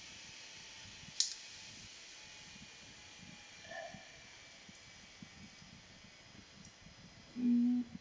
mm